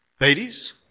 Ladies